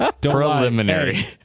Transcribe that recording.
preliminary